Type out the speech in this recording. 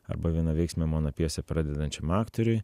arba vienaveiksmė mano pjesė pradedančiam aktoriui